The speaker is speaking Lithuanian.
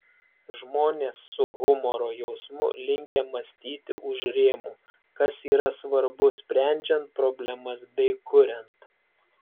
žmonės su humoro jausmu linkę mąstyti už rėmų kas yra svarbu sprendžiant problemas bei kuriant